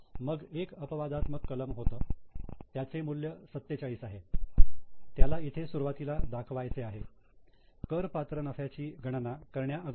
मग एक अपवादात्मक कलम होतं याचे मूल्य 47 आहे त्याला इथे सुरुवातीला दाखवायचे आहे करपात्र नफ्याची गणना करण्याअगोदर